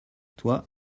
toi